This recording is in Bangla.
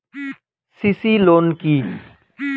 সি.সি লোন কি?